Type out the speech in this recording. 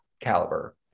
caliber